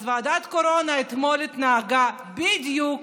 אז ועדת הקורונה אתמול התנהגה בדיוק,